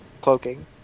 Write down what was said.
cloaking